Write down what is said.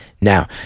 now